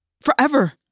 Forever